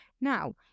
Now